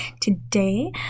Today